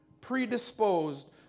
predisposed